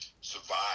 survive